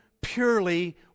purely